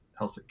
helsinki